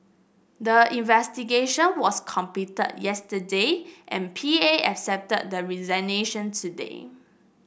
the investigation was completed yesterday and P A accepted the resignation today